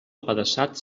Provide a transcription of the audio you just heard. apedaçat